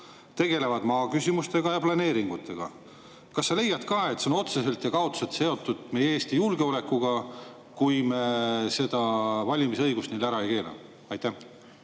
tegelevad maaküsimustega ja planeeringutega […]." Kas sa leiad ka, et see on otseselt või kaudselt seotud Eesti julgeolekuga, kui me seda valimisõigust ära ei keela? Aitäh,